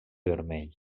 vermell